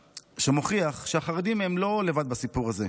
שמוכיח שהחרדים הם לא לבד בסיפור הזה.